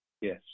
Yes